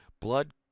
blood